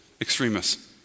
extremists